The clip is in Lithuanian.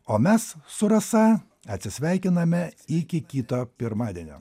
o mes su rasa atsisveikiname iki kito pirmadienio